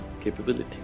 capability